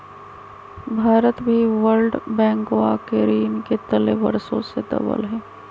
भारत भी वर्ल्ड बैंकवा के ऋण के तले वर्षों से दबल हई